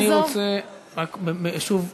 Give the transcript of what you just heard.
אני רוצה שוב,